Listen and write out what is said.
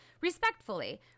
respectfully